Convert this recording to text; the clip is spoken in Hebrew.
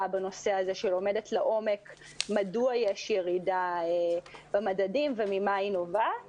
בנושא הזה שלומדת לעומק מדוע יש ירידה במדדים וממה היא נובעת